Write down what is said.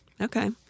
okay